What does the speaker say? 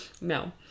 No